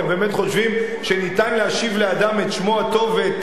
אתם באמת חושבים שניתן להשיב לאדם את שמו הטוב ואת